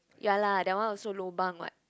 ya lah that one also lobang wat